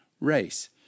race